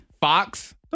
Fox